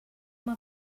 uma